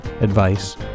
advice